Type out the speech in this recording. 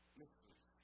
mysteries